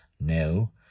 No